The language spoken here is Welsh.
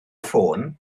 ffôn